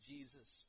Jesus